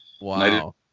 Wow